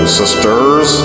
sisters